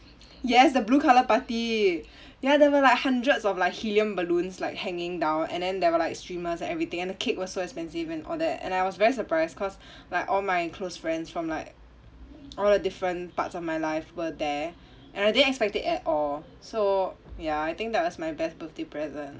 yes the blue colour party ya there were like hundreds of like helium balloons like hanging down and then there were like streamers and everything and the cake was so expensive and all that and I was very surprised cause like all my close friends from like all the different parts of my life were there and I didn't expect it at all so ya I think that was my best birthday present